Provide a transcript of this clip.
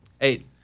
eight